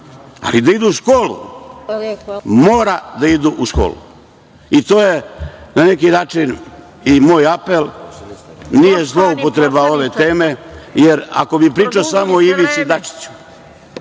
ali da idu u školu, moraju da idu u školu. To je na neki način i moj apel, nije zloupotreba ove teme, jer ako bi pričao samo o Ivici Dačiću…